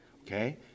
okay